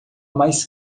mais